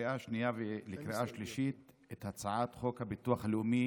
לקריאה שנייה ולקריאה שלישית את הצעת חוק הביטוח הלאומי